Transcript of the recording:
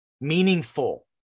meaningful